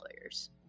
lawyers